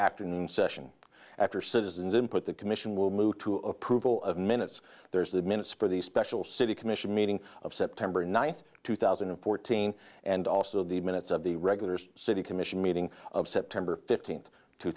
afternoon session after citizens input that commission will move to approval of minutes there's the minutes for the special city commission meeting of september ninth two thousand and fourteen and also the minutes of the regulars city commission meeting of september fifteenth two